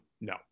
no